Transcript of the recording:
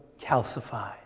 calcified